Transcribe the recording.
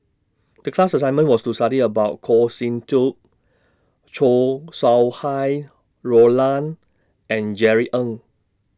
The class assignment was to study about Goh Sin Tub Chow Sau Hai Roland and Jerry Ng